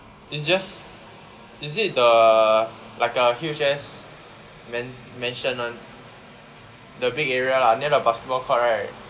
it's just is it the like a huge ass mans~ mansion [one] the big area lah near the basketball court right